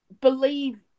believe